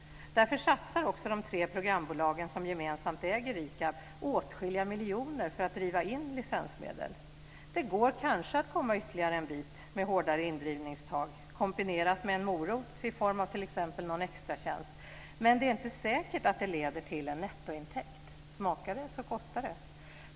Därför satsar de tre programbolagen, som gemensamt äger RIKAB, åtskilliga miljoner för att driva in licensmedel. Det går kanske att komma ytterligare en bit på väg med hårdare indrivningstag kombinerat med en morot i form av t.ex. någon extratjänst, men det är inte säkert att det leder till en nettointäkt - smakar det så kostar det.